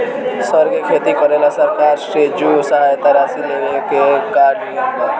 सर के खेती करेला सरकार से जो सहायता राशि लेवे के का नियम बा?